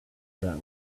that